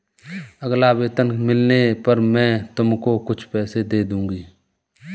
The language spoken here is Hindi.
अगला वेतन मिलने पर मैं तुमको कुछ पैसे दे दूँगी